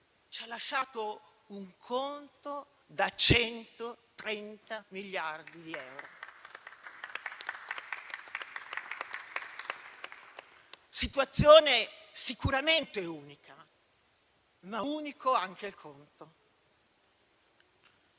ci ha lasciato un conto da 130 miliardi di euro. Situazione sicuramente unica, ma unico anche il conto.